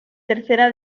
tercera